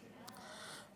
הקואליציוניים.